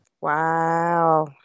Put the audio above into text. wow